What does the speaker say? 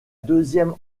deuxième